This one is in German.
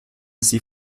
sie